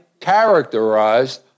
characterized